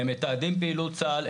הם מתעדים פעילות צה"ל,